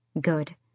Good